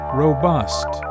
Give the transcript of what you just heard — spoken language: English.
robust